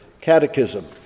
catechism